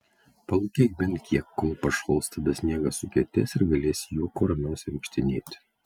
palūkėk bent kiek kol pašals tada sniegas sukietės ir galėsi juo kuo ramiausiai vaikštinėti